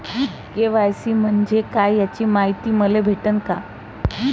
KYC म्हंजे काय याची मायती मले भेटन का?